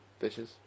bitches